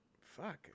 fuck